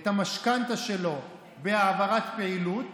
ובמחלקות לעבודה סוציאלית.